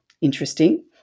Interesting